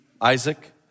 Isaac